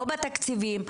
לא בתקציבים,